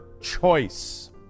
choice